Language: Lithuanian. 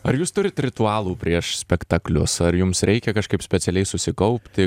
ar jūs turit ritualų prieš spektaklius ar jums reikia kažkaip specialiai susikaupti